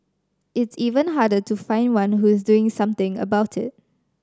it's even harder to find one who is doing something about it